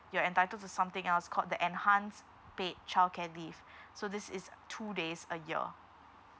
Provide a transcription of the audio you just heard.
you're entitled to something else called the enhanced paid childcare leave so this is two days a year